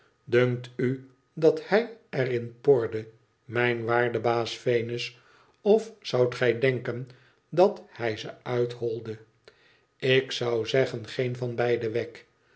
dunkt u dat hij er in porde mijn waarde baas venus of zoudt gij denken dat hij ze uitholde ik zou denken geen van beide wegg